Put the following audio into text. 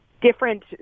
different